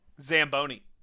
Zamboni